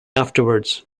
afterwards